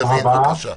תודה רבה.